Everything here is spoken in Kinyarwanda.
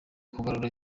bagarura